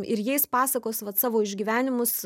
ir jais pasakos vat savo išgyvenimus